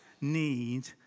need